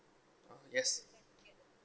yes